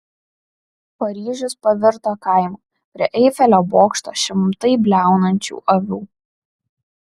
paryžius pavirto kaimu prie eifelio bokšto šimtai bliaunančių avių